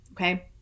okay